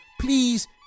please